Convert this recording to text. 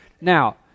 Now